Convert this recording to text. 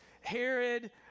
Herod